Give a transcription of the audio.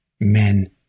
Men